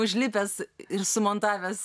užlipęs ir sumontavęs